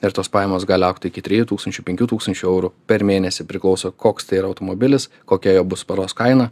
ir tos pajamos gali augti iki trijų tūkstančių penkių tūkstančių eurų per mėnesį priklauso koks tai yra automobilis kokia jo bus paros kaina